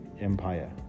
empire